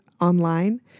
online